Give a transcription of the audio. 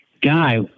guy